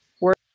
Work